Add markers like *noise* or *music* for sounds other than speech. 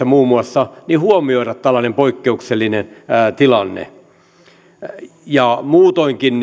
*unintelligible* muun muassa alijäämäkriteerissä huomioida tällainen poikkeuksellinen tilanne muutoinkin *unintelligible*